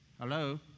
Hello